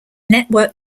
network